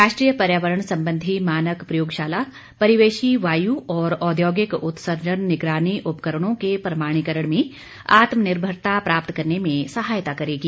राष्ट्रीय पर्यावरण संबंधी मानक प्रयोगशाला परिवेशी वायू और औद्योगिक उत्सर्जन निगरानी उपकरणों के प्रमाणीकरण में आत्मनिर्भरता प्राप्त करने में सहायता करेगी